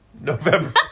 November